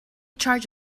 charge